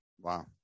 Wow